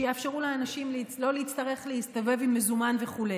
שיאפשרו לאנשים לא להצטרך להסתובב עם מזומן וכו',